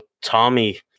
Tommy